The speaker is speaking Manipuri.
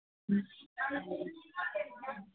ꯎꯝ